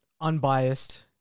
Unbiased